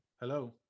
Hello